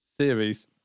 series